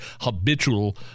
habitual